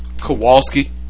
Kowalski